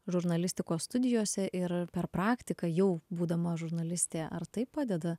žurnalistikos studijose ir per praktiką jau būdama žurnaliste ar tai padeda